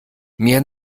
mir